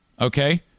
okay